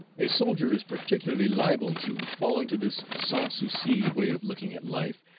a soldier is particularly liable to fall into this sans-souci way of looking at life,